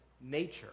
nature